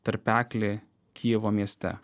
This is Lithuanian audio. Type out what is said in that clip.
tarpeklį kyjivo mieste